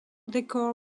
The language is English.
decor